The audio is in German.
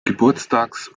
geburtstags